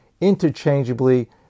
interchangeably